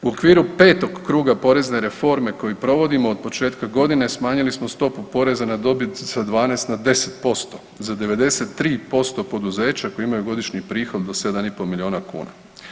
U okviru 5. kruga porezne reforme koji provodimo od početka godine, smanjili smo stopu poreza na dobit sa 12 na 10%, za 93% poduzeća koji imaju godišnji prihod do 7,5 milijuna kuna.